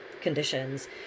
conditions